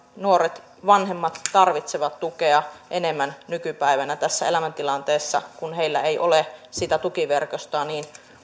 nuoret vanhemmat tarvitsevat tukea enemmän nykypäivänä tässä elämäntilanteessa kun heillä ei ole sitä tukiverkostoa niin